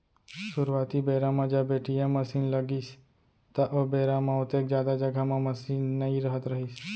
सुरूवाती बेरा म जब ए.टी.एम मसीन लगिस त ओ बेरा म ओतेक जादा जघा म मसीन नइ रहत रहिस